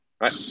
right